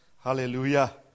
Hallelujah